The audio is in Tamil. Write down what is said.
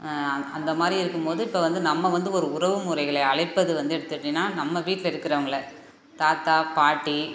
அந்த மாதிரி இருக்கும் போது இப்போ வந்து நம்ம வந்து ஒரு உறவு முறைகளை அழைப்பது வந்து எடுத்துக்கிட்டிங்கன்னா நம்ம வீட்டில் இருக்குறவங்களை தாத்தா பாட்டி